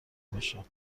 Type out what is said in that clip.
باشم